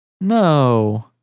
No